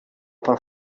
pel